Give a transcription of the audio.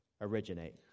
originate